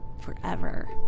forever